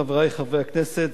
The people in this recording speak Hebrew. חברי חברי הכנסת,